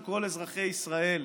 של כל אזרחי ישראל,